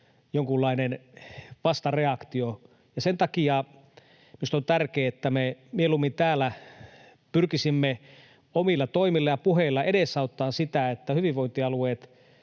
jonkunlainen vastareaktio. Sen takia minusta on tärkeää, että me mieluummin täällä pyrkisimme omilla toimillamme ja puheillamme edesauttamaan sitä, että hyvinvointialueilla